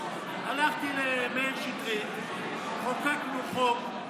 והלכתי למאיר שטרית, חוקקנו חוק,